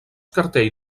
cartell